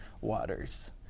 waters